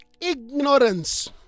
ignorance